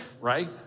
right